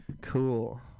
Cool